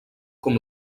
com